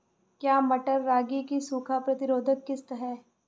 क्या मटर रागी की सूखा प्रतिरोध किश्त है?